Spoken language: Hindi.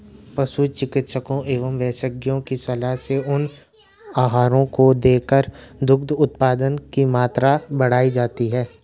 पशु चिकित्सकों एवं विशेषज्ञों की सलाह से उन आहारों को देकर दुग्ध उत्पादन की मात्रा बढ़ाई जाती है